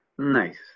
Nice